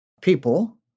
people